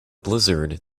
blizzard